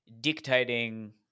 dictating